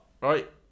right